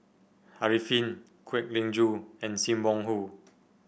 Arifin Kwek Leng Joo and Sim Wong Hoo